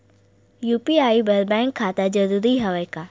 UPI बर bank खाता जरूरी हवय का?